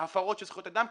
הפרות של זכויות אדם,